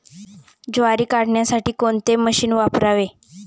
ज्वारी काढण्यासाठी कोणते मशीन वापरावे?